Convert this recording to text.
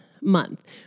month